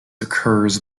occurs